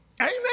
Amen